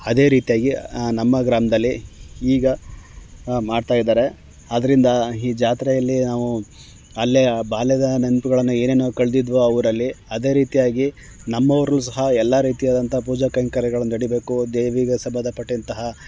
ಅದೇ ರೀತಿಯಾಗಿ ನಮ್ಮ ಗ್ರಾಮದಲ್ಲಿ ಈಗ ಮಾಡ್ತಾಯಿದ್ದಾರೆ ಆದರಿಂದ ಈ ಜಾತ್ರೆಯಲ್ಲಿ ನಾವು ಅಲ್ಲೇ ಬಾಲ್ಯದ ನೆನಪುಗಳನ್ನ ಏನೇನು ಕಳೆದಿದ್ವೋ ಆ ಊರಲ್ಲಿ ಅದೇ ರೀತಿಯಾಗಿ ನಮ್ಮವರು ಸಹ ಎಲ್ಲ ರೀತಿಯಾದಂಥ ಪೂಜಾ ಕೈಂಕರ್ಯಗಳು ನಡಿಬೇಕು ದೇವಿಗೆ ಸಂಬಂಧ ಪಟ್ಟಂತಹ